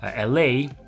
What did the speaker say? LA